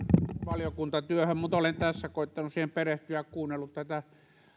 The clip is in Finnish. valiokuntatyöhön mutta olen tässä koettanut siihen perehtyä ja olen kuunnellut